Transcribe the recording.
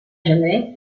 gener